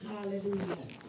Hallelujah